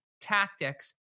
tactics